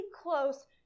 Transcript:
close